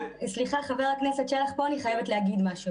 סליחה, ח"כ שלח, פה אני חייבת להגיד משהו.